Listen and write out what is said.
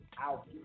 Out